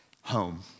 Home